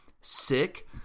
sick